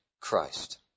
Christ